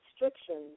restrictions